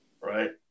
right